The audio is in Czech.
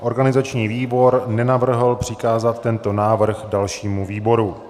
Organizační výbor nenavrhl přikázat tento návrh dalšímu výboru.